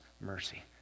mercy